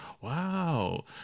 wow